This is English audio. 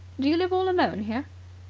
do you live all alone here?